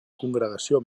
congregació